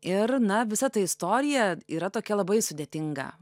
ir na visa ta istorija yra tokia labai sudėtinga